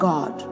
God